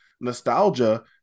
nostalgia